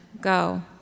go